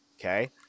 Okay